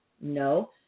No